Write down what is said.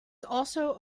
also